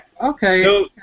Okay